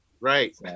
Right